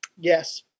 Yes